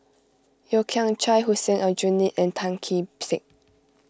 Yeo Kian Chai Hussein Aljunied and Tan Kee Sek